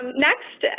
next,